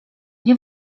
nie